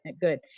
Good